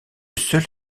seul